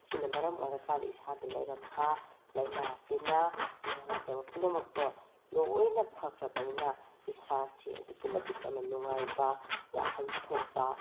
ꯁꯤꯅ ꯃꯔꯝ ꯑꯣꯏꯔꯀꯥꯟꯗ ꯏꯁꯥꯗ ꯂꯩꯔꯝꯕ ꯂꯥꯏꯅꯥ ꯇꯤꯟꯅꯥ ꯅꯨꯡꯉꯥꯏꯇꯕ ꯄꯨꯝꯅꯃꯛꯇꯣ ꯂꯣꯏꯅ ꯐꯈ꯭ꯔꯕꯅꯤꯅ ꯏꯁꯥꯁꯦ ꯑꯗꯨꯛꯀꯤ ꯃꯇꯤꯛ ꯌꯥꯝꯅ ꯅꯨꯡꯉꯥꯏꯕ ꯋꯥꯈꯜ ꯊꯣꯛꯄ